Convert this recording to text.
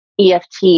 EFT